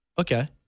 Okay